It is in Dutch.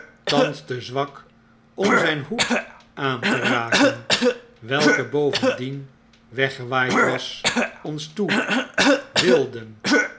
thans te zwak om zgn hoed aan te raken welke bovendien weggewaaid was ons toe wilden